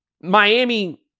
Miami